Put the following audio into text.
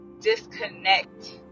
disconnect